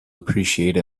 appreciate